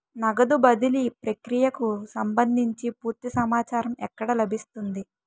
నగదు బదిలీ ప్రక్రియకు సంభందించి పూర్తి సమాచారం ఎక్కడ లభిస్తుంది?